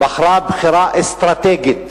בחר בחירה אסטרטגית